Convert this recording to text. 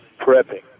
prepping